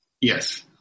Yes